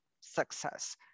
success